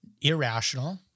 irrational